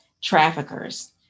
traffickers